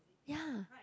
ya